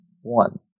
One